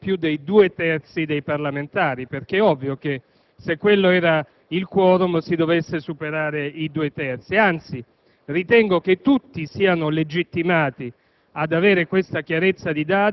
d'indulto è stato approvato da più dei due terzi dei parlamentari, perché è ovvio che, se quello era il *quorum*, si dovessero superare i due terzi. Ritengo, anzi, che tutti siano legittimati